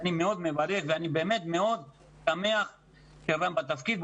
אני מאוד מברך ושמח שרם בתפקיד,